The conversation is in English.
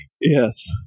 Yes